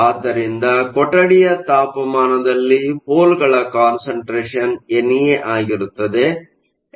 ಆದ್ದರಿಂದ ಕೊಠಡಿಯ ತಾಪಮಾನದಲ್ಲಿ ಹೋಲ್ ಗಳ ಕಾನ್ಸಂಟ್ರೇಷನ್ NA ಆಗಿರುತ್ತದೆ